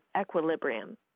equilibrium